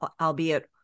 albeit